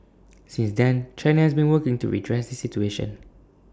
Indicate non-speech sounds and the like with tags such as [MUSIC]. [NOISE] since then China has been working to redress this situation